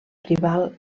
tribal